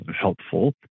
helpful